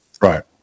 right